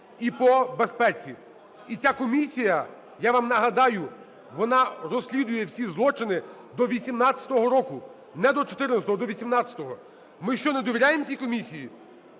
і по безпеці. І ця комісія, я вам нагадаю, вона розслідує всі злочини до 18-го року. Не до 14-го – до 18-го. Ми що, не довіряємо цій комісії?